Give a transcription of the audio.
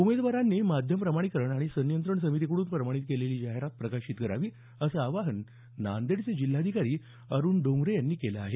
उमेदवारांनी माध्यम प्रमाणीकरण आणि संनियंत्रण समिती कडून प्रमाणित केलेली जाहिरात प्रकाशित करावी असं आवाहन नांदेडचे जिल्हाधिकारी अरूण डोंगरे यांनी केलं आहे